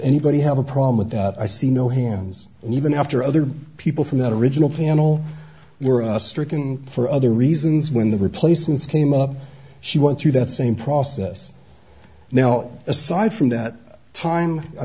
anybody have a problem with that i see no hands and even after other people from that original panel were stricken for other reasons when the replacements came up she went through that same process now aside from that time i